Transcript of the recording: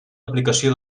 aplicació